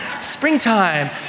springtime